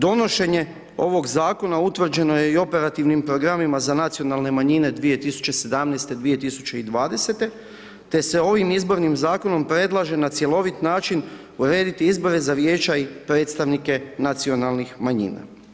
Donošenje ovog zakona utvrđeno je i operativnim programima za nacionalne manjine 2017., 2020., te se ovim izbornim zakonom predlaže na cjelovit način urediti izbore za vijeća i predstavnike nacionalnih manjina.